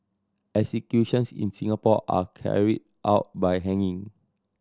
executions in Singapore are carried out by hanging